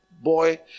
boy